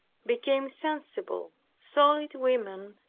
became sensible, solid women,